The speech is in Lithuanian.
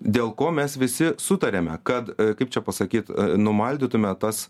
dėl ko mes visi sutariame kad kaip čia pasakyt numaldytume tas